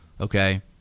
Okay